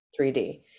3D